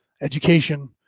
education